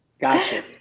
Gotcha